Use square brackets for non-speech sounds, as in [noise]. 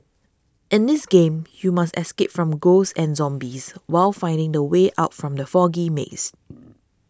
in this game you must escape from ghosts and zombies while finding the way out from the foggy maze [noise]